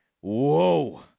Whoa